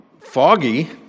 foggy